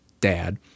dad